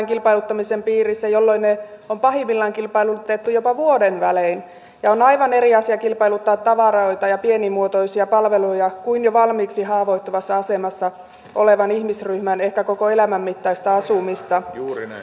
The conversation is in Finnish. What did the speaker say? kilpailuttamisen piirissä jolloin ne on pahimmillaan kilpailutettu jopa vuoden välein on on aivan eri asia kilpailuttaa tavaroita ja pienimuotoisia palveluja kuin jo valmiiksi haavoittuvassa asemassa olevan ihmisryhmän ehkä koko elämän mittaista asumista